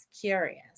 curious